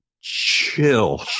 chill